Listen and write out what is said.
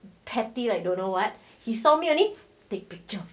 petty like don't know what he saw me only take picture